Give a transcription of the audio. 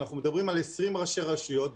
אנחנו מדברים על 20 ראשי רשויות,